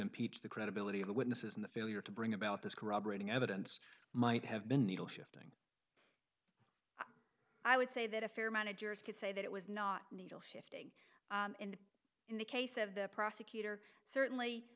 impeach the credibility of the witnesses and the failure to bring about this corroborating evidence might have been needle shifting i would say that a fair managers could say that it was not needle and in the case of the prosecutor certainly